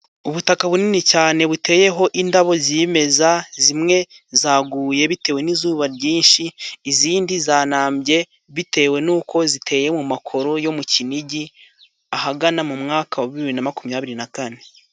Ubutaka bunini cyane buteyeho indabo zimeza. Zimwe zaguye bitewe n'izuba ryinshi, izindi zanambye bitewe n'uko ziteye mu makoro yo mu kinigi, ahagana mu mwaka wa bibiri na makumyabiri na kane.